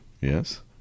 yes